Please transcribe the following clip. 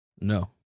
no